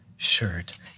Shirt